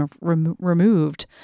removed